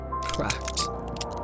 cracked